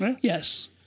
Yes